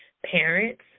parents